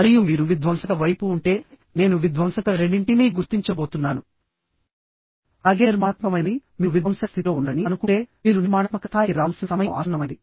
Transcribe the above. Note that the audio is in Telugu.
మరియు మీరు విధ్వంసక వైపు ఉంటే నేను విధ్వంసక రెండింటినీ గుర్తించబోతున్నానుఅలాగే నిర్మాణాత్మకమైనవి మీరు విధ్వంసక స్థితిలో ఉన్నారని అనుకుంటే మీరు నిర్మాణాత్మక స్థాయికి రావాల్సిన సమయం ఆసన్నమైంది